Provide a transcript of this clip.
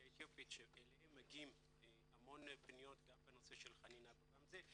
האתיופית שאליהם מגיעות המון פניות גם בנושא חנינה וגם בזה,